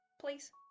please